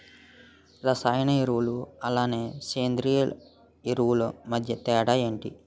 రసాయన ఎరువులు అలానే సేంద్రీయ ఎరువులు మధ్య తేడాలు ఏంటి?